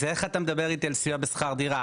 אז איך אתה מדבר איתי על סיוע בשכר דירה,